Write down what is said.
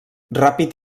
ràpid